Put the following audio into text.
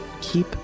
Keep